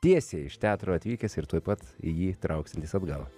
tiesiai iš teatro atvykęs ir tuoj pat į jį trauksiantis atgal